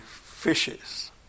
fishes